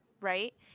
right